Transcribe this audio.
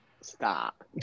Stop